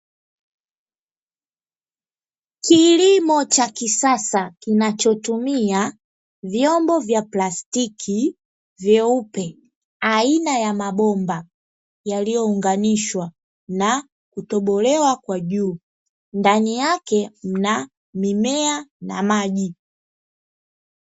Kilimo cha kisasa, kinachotumia vyombo vya plastiki vyeupe aina ya mabomba yaliyounganishwa na kutobolewa kwa juu, ndani yake mna mimea na maji.